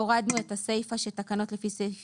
הורדנו את הסיפה שאומרת ש"תקנות לפי סעיף